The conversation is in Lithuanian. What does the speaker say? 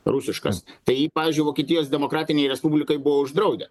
rusiškas tai jį pavyzdžiui vokietijos demokratinėj respublikoj buvo uždraudę